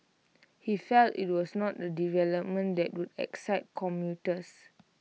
he felt IT was not A development that would excite commuters